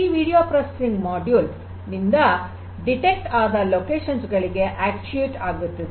ಈ video processing module ನಿಂದ ಪತ್ತೆಯಾದ ಸ್ಥಳಗಳಿಗೆ ಕಾರ್ಯಗತಗೊಳಿಸುತ್ತದೆ